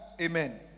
Amen